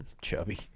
chubby